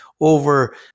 over